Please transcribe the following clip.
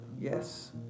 Yes